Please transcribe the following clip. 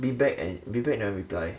biback an~ biback never reply